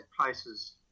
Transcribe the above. places